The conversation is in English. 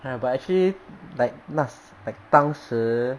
!huh! but actually like 那时当时